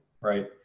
right